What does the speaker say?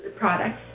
products